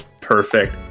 perfect